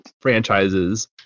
franchises